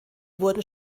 wurden